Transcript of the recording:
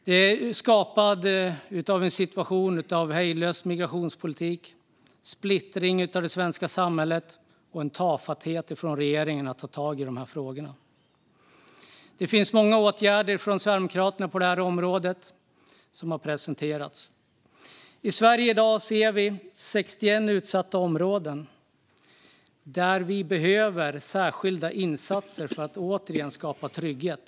Den är skapad av en hejdlös migrationspolitik, en splittring av det svenska samhället och en tafatthet från regeringen vad gäller att tag i de här frågorna. Sverigedemokraterna har presenterat många förslag till åtgärder på detta område. Sverige har i dag 61 utsatta områden, och där behövs särskilda insatser för att åter skapa trygghet.